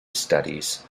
studies